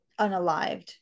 unalived